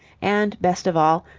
and, best of all,